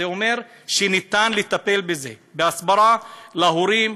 אז זה אומר שניתן לטפל בזה בהסברה להורים,